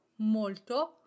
Molto